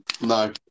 No